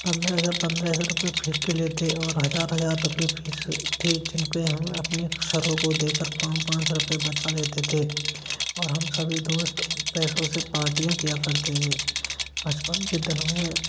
पंद्रह हज़ार पंद्रह हज़ार रुपये फीस के लेते और हज़ार हज़ार रुपये फीस थी जिनको हम अपने सरों को देकर पाँच पाँच सौ रुपये बचा लेते थे और हम सभी दोस्त पैसों से पार्टियाँ किया करते थे बचपन के दिनों में